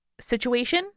situation